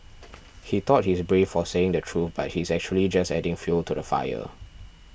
he thought he's brave for saying the truth but he's actually just adding fuel to the fire